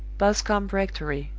boscombe rectory,